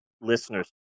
listeners